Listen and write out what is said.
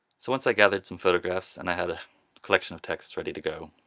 so once i gathered some photographs and i had a collection of texts ready to go,